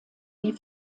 die